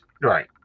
right